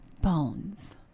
bones